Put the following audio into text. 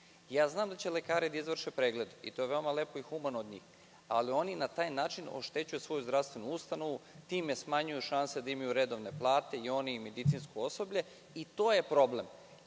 Znam da će lekari da izvrše preglede i to je veoma lepo i humano od njih, ali oni na taj način oštećuju svoju zdravstvenu ustanovu time što smanjuju šanse da imaju redovne plate i oni i medicinsko osoblje i to je problem. Na